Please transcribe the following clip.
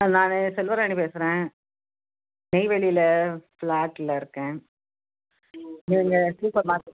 நான் செல்வராணி பேசுகிறேன் நெய்வேலியில் ஃப்ளாட்டில் இருக்கேன் நீங்கள் சூப்பர் மார்க்கெட்